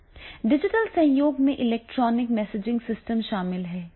digital सहयोग में electronic messaging system शामिल हैं